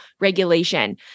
regulation